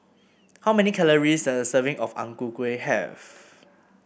how many calories does a serving of Ang Ku Kueh have